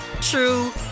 true